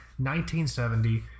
1970